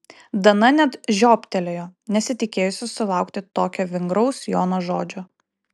dana net žiobtelėjo nesitikėjusi sulaukti tokio vingraus jono žodžio